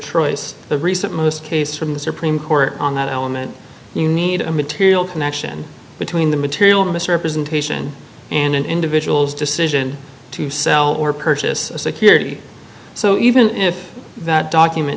troy's the recent most case from the supreme court on that element you need a material connection between the material misrepresentation and an individual's decision to sell or purchase a security so even if that document